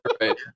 right